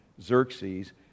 Xerxes